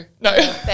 no